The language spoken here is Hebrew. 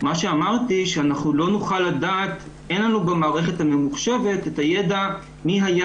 מה שאמרתי הוא שאין לנו במערכת הממוחשבת את הידע מי היה